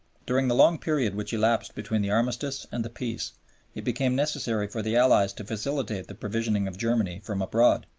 during the long period which elapsed between the armistice and the peace it became necessary for the allies to facilitate the provisioning of germany from abroad.